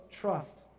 trust